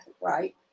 Right